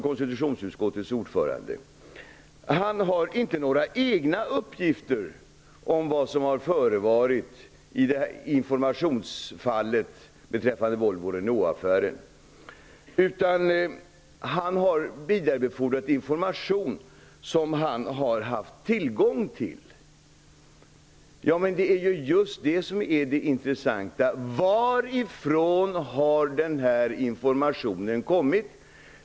Konstitutionsutskottets ordförande säger vidare att han inte har några egna uppgifter om vad som har förevarit i informationsavseende beträffande Volvo--Renault-affären, utan han har vidarebefordrat information som han har haft tillgång till. Det är ju just det som är det intressanta: Varifrån har den här informationen kommit?